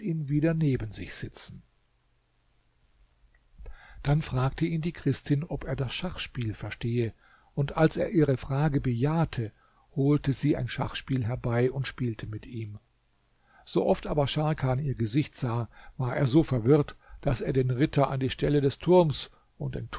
wieder neben sich sitzen dann fragte ihn die christin ob er das schachspiel verstehe und als er ihre frage bejahte holte sie ein schachspiel herbei und spielte mit ihm so oft aber scharkan ihr gesicht sah war er so verwirrt daß er den ritter an die stelle des turms und den